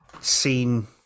seen